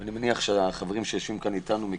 אני מניח שהחברים שיושבים כאן איתנו,